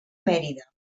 mèrida